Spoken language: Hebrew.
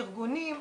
ארגונים,